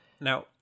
Now